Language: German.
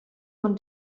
man